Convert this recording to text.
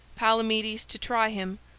palamedes, to try him,